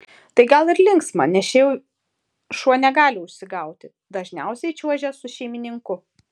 tai gal ir linksma nes čia jau šuo negali užsigauti dažniausiai čiuožia su šeimininku